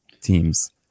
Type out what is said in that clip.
teams